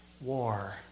war